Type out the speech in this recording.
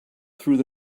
through